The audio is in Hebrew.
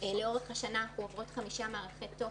לאורך השנה אנחנו עוברות חמישה מערכי תוכן,